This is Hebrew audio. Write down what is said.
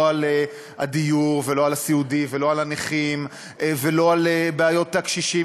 לא על הדיור ולא על הסיעודי ולא על הנכים ולא על בעיות הקשישים,